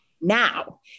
now